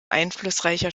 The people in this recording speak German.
einflussreicher